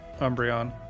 Umbreon